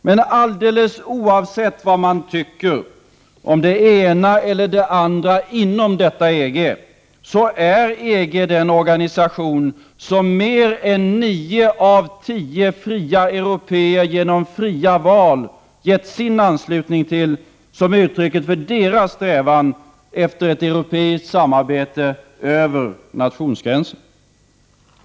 Men alldeles oavsett vad man tycker om det ena eller det andra inom detta EG, så är EG den organisation som mer än nio av tio fria européer genom fria val gett sin anslutning till som uttrycket för deras strävan efter ett europeiskt samarbete över nationsgränserna.